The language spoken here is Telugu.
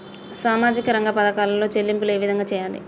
సామాజిక రంగ పథకాలలో చెల్లింపులు ఏ విధంగా చేయాలి?